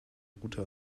route